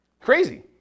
Crazy